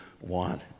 want